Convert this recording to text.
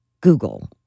Google